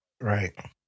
right